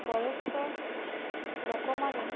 ବୟସ୍କ ଲୋକମାନେ